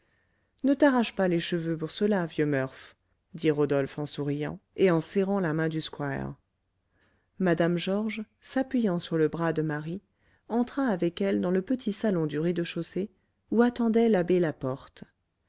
ne t'arrache pas les cheveux pour cela vieux murph dit rodolphe en souriant et en serrant la main du squire mme georges s'appuyant sur le bras de marie entra avec elle dans le petit salon du rez-de-chaussée où attendait l'abbé laporte